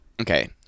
Okay